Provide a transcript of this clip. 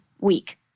week